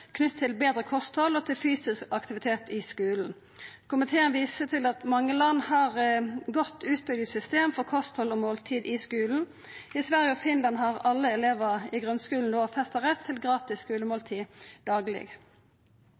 knytt til betre kosthald og til fysisk aktivitet i skulen. Komiteen viser til at mange land har godt utbygde system for kosthald og måltid i skulen. I Sverige og i Finland har alle elevar i grunnskulen lovfesta rett til gratis skulemåltid dagleg.